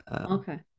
okay